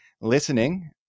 listening